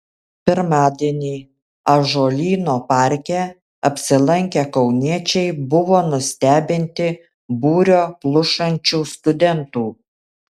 pirmadienį ąžuolyno parke apsilankę kauniečiai buvo nustebinti būrio plušančių studentų